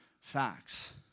facts